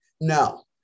no